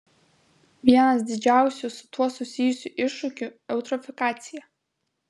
vienas didžiausių su tuo susijusių iššūkių eutrofikacija